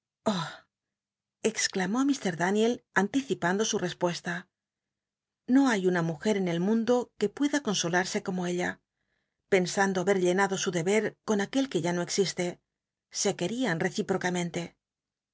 exclamó ilt daniel anticipando supuesta no hay una mujer en el mundo que pueda consolarse como ella pensando habet llenado su deber con aquel que ya no existe se qu el'ian recíprocamente